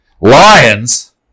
Lions